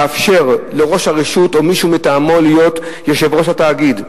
לאפשר לראש הרשות או למישהו מטעמו להיות יושב-ראש התאגיד.